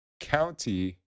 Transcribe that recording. county